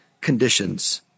conditions